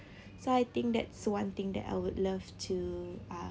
so I think that's one thing that I would love to uh